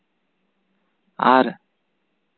ᱟᱨ